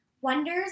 Wonders